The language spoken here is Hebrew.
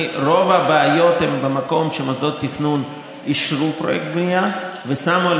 רוב הבעיות הן במקום שמוסדות תכנון אישרו פרויקט בנייה ושמו על